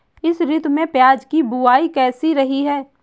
इस ऋतु में प्याज की बुआई कैसी रही है?